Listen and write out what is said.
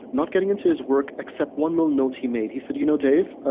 not getting into his work except one little note he made. he said, you know, dave. ah